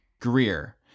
Greer